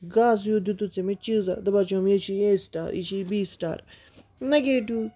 گاسہٕ ہیوٗ دِتُتھ ژےٚ مےٚ چیٖزاہ دَپان چھُہَم یہِ حظ چھِ اے سٹار یہِ چھِ بی سٹار نَگیٹِو